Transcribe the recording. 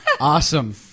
Awesome